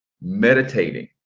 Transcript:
meditating